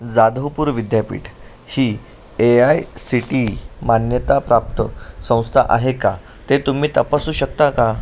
जाधवपूर विद्यापीठ ही A I C T E मान्यताप्राप्त संस्था आहे का ते तुम्ही तपासू शकता का